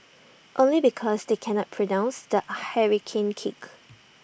only because they cannot pronounce the hurricane kick